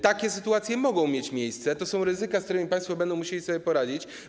Takie sytuacje mogą mieć miejsce, to są ryzyka, z którymi państwo będą musieli sobie poradzić.